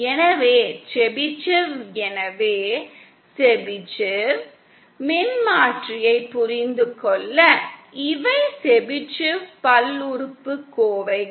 எனவே செபிஷேவ்வ் எனவே செபிஷேவ் மின்மாற்றியைப் புரிந்து கொள்ள இவை செபிஷேவ் பல்லுறுப்புக்கோவைகள்